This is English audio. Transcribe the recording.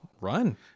run